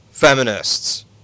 Feminists